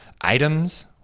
items